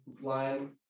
line